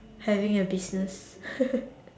having a business